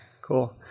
cool